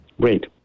Great